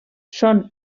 són